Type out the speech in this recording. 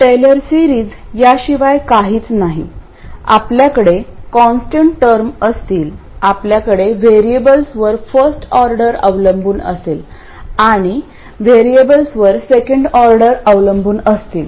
teller series याशिवाय काहीच नाही आपल्याकडे कॉन्स्टंट टर्म असतील आपल्याकडे व्हेरिएबल्सवर फर्स्ट ऑर्डर अवलंबून असेल आणि व्हेरिएबल्सवर सेकंड ऑर्डर अवलंबून असतील